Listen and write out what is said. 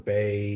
Bay